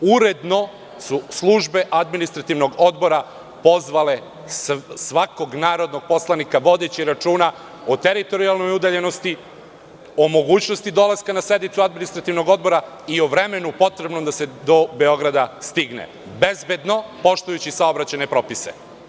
Uredno su službe Administrativnog odbora pozvale svakog narodnog poslanika, vodeći računa o teritorijalnoj udaljenosti, o mogućnosti dolaska na sednicu Administrativnog odbora i o vremenu potrebnom da se do Beograda stigne, bezbedno, poštujući saobraćajne propise.